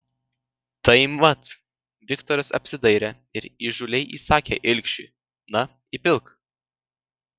tai mat viktoras apsidairė ir įžūliai įsakė ilgšiui na įpilk